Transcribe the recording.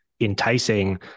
enticing